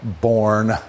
born